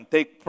Take